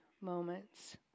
moments